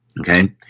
Okay